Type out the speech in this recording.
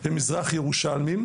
הם מזרח ירושלמים.